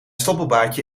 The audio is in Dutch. stoppelbaardje